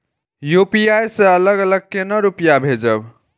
UPI से अलग अलग केना रुपया भेजब